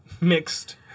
mixed